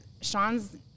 Sean's